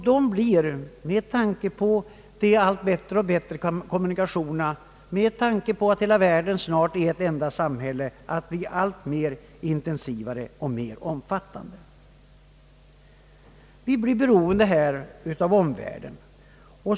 Dessa problem blir med tanke på att hela världen snart är ett enda samhälle alltmer intensiva, alltmer omfattande. Vi blir mer beroende av omvärlden.